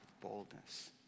boldness